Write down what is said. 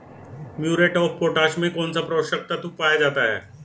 Muriate of potash में कौन सा पोषक तत्व पाया जाता है?